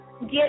get